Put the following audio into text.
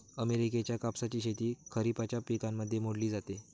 अमेरिकेच्या कापसाची शेती खरिपाच्या पिकांमध्ये मोडली जाते